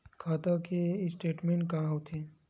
खाता के स्टेटमेंट का होथे?